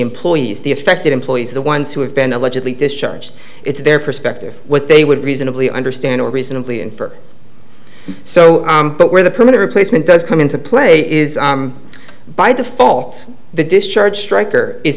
employees the affected employees the ones who have been allegedly discharged it's their perspective what they would reasonably understand or reasonably infer so but where the perimeter placement does come into play is by default the discharge striker is